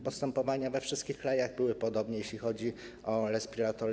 Postępowania we wszystkich krajach były podobne, jeśli chodzi o respiratory.